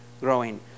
growing